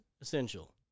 essential